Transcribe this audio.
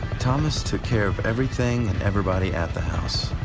thomas took care of everything and everybody at the house,